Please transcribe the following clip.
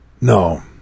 no